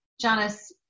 Janice